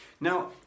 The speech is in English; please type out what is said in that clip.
now